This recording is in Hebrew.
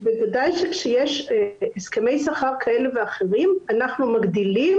בוודאי שכשיש הסכמי שכר כאלה ואחרים אנחנו מגדילים